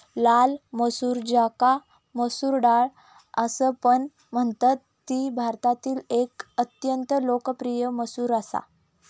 लाल मसूर ज्याका मसूर डाळ असापण म्हणतत ती भारतातील एक अत्यंत लोकप्रिय मसूर असा